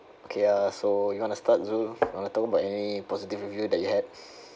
okay uh so you wanna start zul uh talk about any positive review that you had